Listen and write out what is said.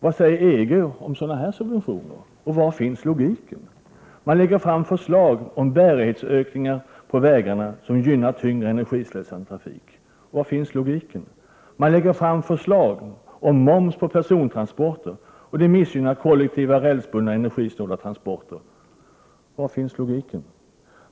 Vad säger EG om sådana subventioner? Var finns logiken? Jo, man lägger fram förslag om bärighetsökningar på vägarna som gynnar tyngre, energislösande trafik. Var finns logiken? Jo, man lägger fram förslag om moms på persontransporter. Det missgynnar kollektiva rälsbundna, energisnåla transporter. Var finns logiken?